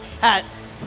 pets